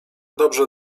dobrze